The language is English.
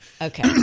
Okay